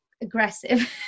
aggressive